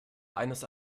eines